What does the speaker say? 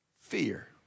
fear